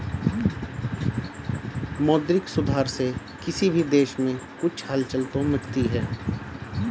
मौद्रिक सुधार से किसी भी देश में कुछ हलचल तो मचती है